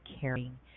caring